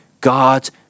god